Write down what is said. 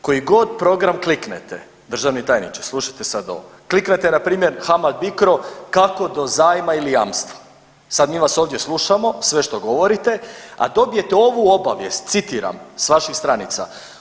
Koji god program kliknete državni tajniče slušajte sad ovo, kliknete npr. HAMAG BICRO kako do zajma ili jamstva, sad mi vas ovdje slušamo sve što govorite, a dobije ovu obavijest, citiram s vaših stranica.